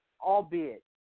Albeit